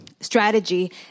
strategy